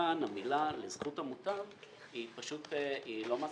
כאן המילים "לזכות המוטב" הן פשוט לא מעשיות,